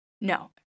No